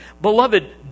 beloved